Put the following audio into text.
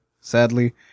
sadly